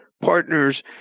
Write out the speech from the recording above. partners